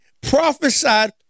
prophesied